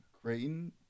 Creighton